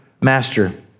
master